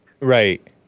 Right